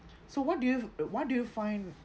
so what do you what do you find